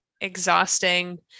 exhausting